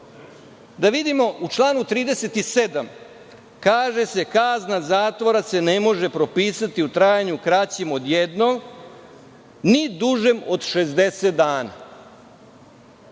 da vidimo, u članu 37. kaže se – kazna zatvora se ne može propisati u trajanju kraćim od jednog ni dužim od 60 dana.